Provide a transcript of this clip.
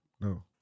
No